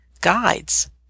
guides